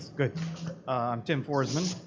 good, i'm tim foresman,